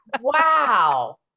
Wow